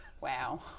Wow